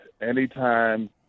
anytime